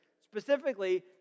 Specifically